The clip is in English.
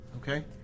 Okay